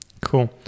Cool